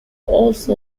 also